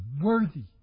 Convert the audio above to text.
worthy